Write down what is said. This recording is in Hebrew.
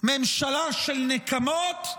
ממשלה של נקמות,